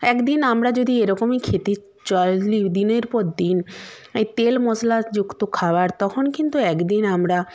একদিন আমরা যদি এরকমই খেতে চাইলে দিনের পর দিন এই তেল মশলাযুক্ত খাওয়ার তখন কিন্তু একদিন আমরা